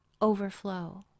overflow